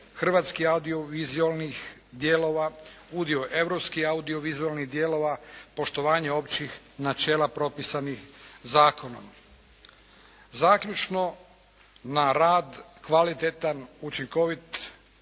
hrvatskih audio-vizualnih dijelova, udio europskih auto-vizualnih dijelova, poštovanje općih načela propisanih zakonom. Zaključno. Na rad kvalitetan, učinkovit,